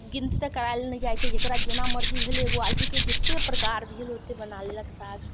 गिनती तऽ करैल नहि जाइत छै जेकरा जेना मर्जी भेल एगो आलूके जतेक प्रकार भेल ओतेक बना लेलक साग